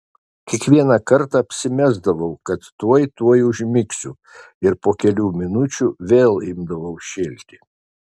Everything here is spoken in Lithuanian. kiekvieną kartą apsimesdavau kad tuoj tuoj užmigsiu ir po kelių minučių vėl imdavau šėlti